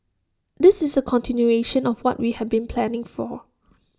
this is A continuation of what we had been planning for